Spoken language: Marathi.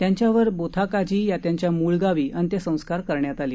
त्यांच्यावर बोथाकाजी या त्यांच्या मूळगावी अंत्यसंस्कार करण्यात आले